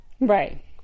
Right